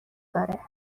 داره